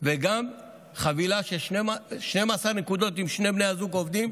וגם חבילה של 12 נקודות אם שני בני הזוג עובדים,